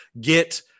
get